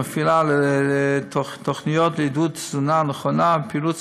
המפעילה תוכניות לעידוד תזונה נכונה ופעילות